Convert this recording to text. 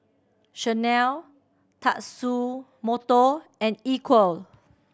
Chanel Tatsumoto and Equal